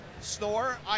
snore